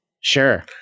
Sure